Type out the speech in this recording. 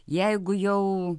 jeigu jau